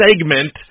segment